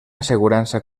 assegurança